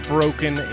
Broken